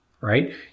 right